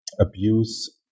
abuse